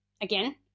again